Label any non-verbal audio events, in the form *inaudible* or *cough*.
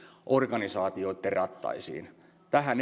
organisaatioitten rattaisiin tähän *unintelligible*